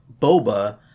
Boba